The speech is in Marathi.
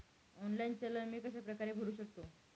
ऑनलाईन चलन मी कशाप्रकारे भरु शकतो?